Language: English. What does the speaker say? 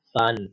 Fun